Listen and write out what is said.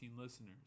listeners